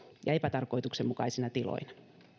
ja epätarkoituksenmukaisina tiloina